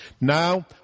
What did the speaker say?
Now